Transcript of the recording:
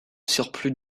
surplus